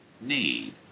need